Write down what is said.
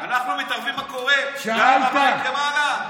אנחנו מתערבים במה שקורה בהר הבית למעלה?